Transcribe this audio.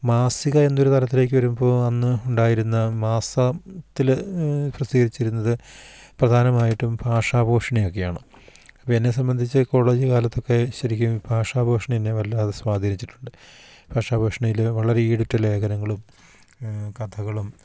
മാസിക എന്നൊരു തലത്തിലേക്ക് വരുമ്പോൾ അന്ന് ഉണ്ടായിരുന്ന മാസത്തിൽ പ്രസിദ്ധീകരിച്ചിരുന്നത് പ്രധാനമായിട്ടും ഭാഷാ ഭൂഷണിയൊക്കെയാണ് അപ്പം എന്നെ സംബന്ധിച്ച് കോളേജ് കാലത്തൊക്കെ ശരിക്കും ഭാഷാഭൂഷണി എന്നെ വല്ലാതെ സ്വാധീനിച്ചിട്ടുണ്ട് ഭാഷാഭൂഷണിയിൽ വളരെ ഈടുറ്റ ലേഖനങ്ങളും കഥകളും